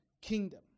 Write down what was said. kingdom